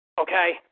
Okay